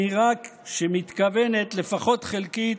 שנראה שמתכוונת, לפחות חלקית,